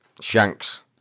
Shanks